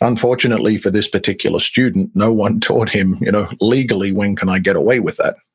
unfortunately for this particular student, no one taught him you know legally when can i get away with that.